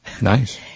Nice